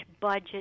budget